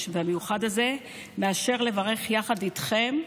והמיוחד הזה מאשר לברך יחד איתכם: